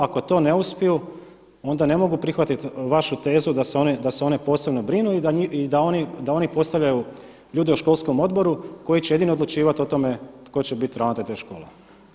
Ako to ne uspiju onda ne mogu prihvatiti vašu tezu da se one posebno brinu i da oni postavljaju ljude u školskom odboru koji će jedino odlučivati o tome tko će biti ravnatelj te škole.